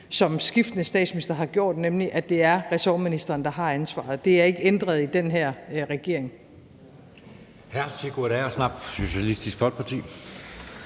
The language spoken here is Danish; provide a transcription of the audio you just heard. som skiftende statsministre har gjort, nemlig at det er ressortministeren, der har ansvaret. Det er ikke ændret i den her regering.